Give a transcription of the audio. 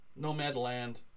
Nomadland